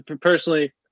personally